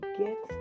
get